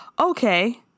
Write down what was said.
okay